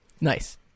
Nice